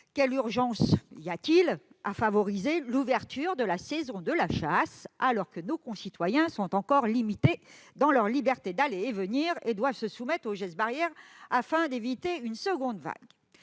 quelle urgence y a-t-il à favoriser l'ouverture de la saison de la chasse, alors que nos concitoyens sont encore limités dans leur liberté d'aller et venir et doivent se soumettre aux gestes barrières afin d'éviter une seconde vague ?